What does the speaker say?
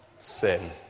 sin